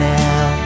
now